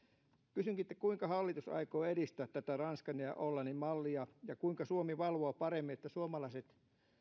kysynkin kuinka hallitus aikoo edistää tätä ranskan ja hollannin mallia ja kuinka suomi valvoo paremmin että suomalaiset